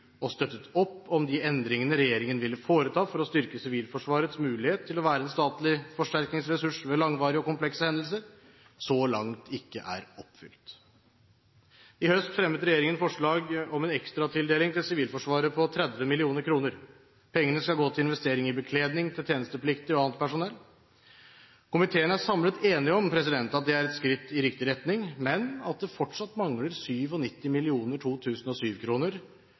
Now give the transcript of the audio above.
det støttet opp om de endringene regjeringen ville foreta for å styrke Sivilforsvarets mulighet til å være en statlig forsterkningsressurs ved langvarige og komplekse hendelser, så langt ikke er oppfylt. I høst fremmet regjeringen forslag om en ekstratildeling til Sivilforsvaret på 30 mill. kr. Pengene skal gå til investering i bekledning til tjenestepliktige og annet personell. Komiteen er samlet enig om at det er et skritt i riktig retning, men at det fortsatt mangler